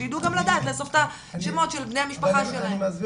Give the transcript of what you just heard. שידעו גם לדעת לאסוף את השמות של בני המשפחה שלהם.